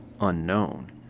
unknown